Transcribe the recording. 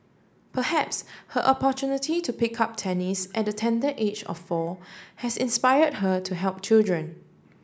perhaps her opportunity to pick up tennis at the tender age of four has inspired her to help children